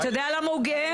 אתה יודע למה הוא גאה?